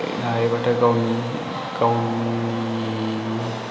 लालायब्लाथाय गावनि गावनिफ्राय